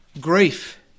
grief